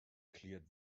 cleared